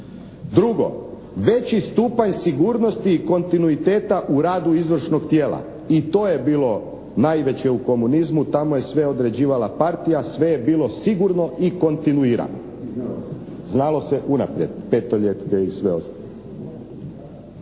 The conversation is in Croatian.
Drugo, veći stupanj sigurnosti i kontinuiteta u radu izvršnog tijela, i to je bilo najveće u komunizmu. Tamo je sve određivala partija, sve je bilo sigurno i kontinuirano. Znalo se unaprijed, petoljetke i sve ostalo.